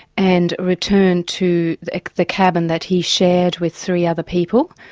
and returned to the cabin that he shared with three other people.